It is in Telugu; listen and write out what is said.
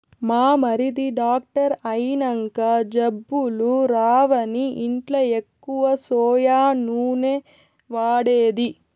మా మరిది డాక్టర్ అయినంక జబ్బులు రావని ఇంట్ల ఎక్కువ సోయా నూనె వాడేది